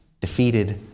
defeated